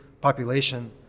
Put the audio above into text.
population